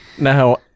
Now